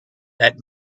that